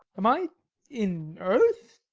am i in earth,